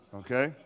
okay